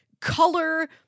color